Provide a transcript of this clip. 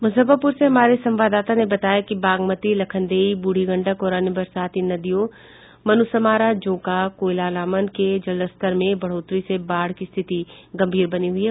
मुजफ्फरपुर से हमारे संवाददाता ने बताया कि बागमती लखनदेई बूढ़ी गंडक और अन्य बरसाती नदियों मनुसमारा जोंका कोयलामन के जलस्तर में बढ़ोतरी से बाढ़ की स्थिति गंभीर बनी हुई है